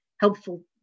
helpful